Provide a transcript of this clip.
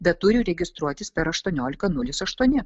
bet turi registruotis per aštuoniolika nulis aštuoni